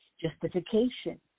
justification